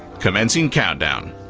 commencing countdown.